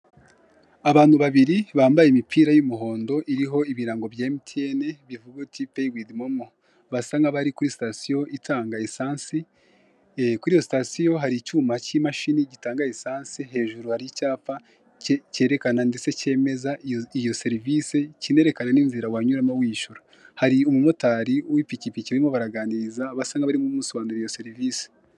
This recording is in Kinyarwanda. Abantu babiri bambaye imipira y'umuhondo iriho ibirango bya MTN bivuga peyi wivi momo(pay with momo) basa nkaho bari kuri sitasiyo itanga esanse. Kuri iyo sitasiyo hari icyuma kimashini gitanga esanse , hejuru hari icyapa kerekana ndetse kemeza iyo serivise kinerekana inzira wanyuramo wishyura. Hari umu motari w'ipikipiki barimo baraganiriza basa nkaho bari kumusobanurira iyo serivise.